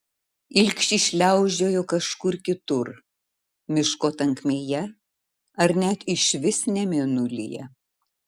ilgšis šliaužiojo kažkur kitur miško tankmėje ar net išvis ne mėnulyje